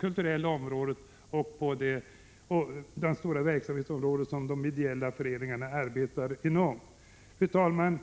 kulturella området och till det stora verksamhetsområde inom vilket de ideella föreningarna arbetar. Fru talman!